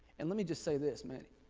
and let me just say this man,